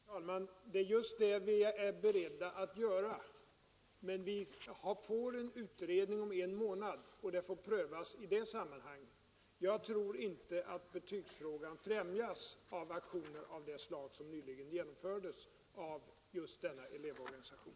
Herr talman! Det är just det som vi är beredda att göra, men det kommer ett betänkande på området om en månad, och frågan får prövas i det sammanhanget. Jag tror inte att betygsfrågan främjas av aktioner av det slag som nyligen genomfördes av ifrågavarande elevorganisation.